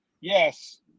yes